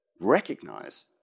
recognize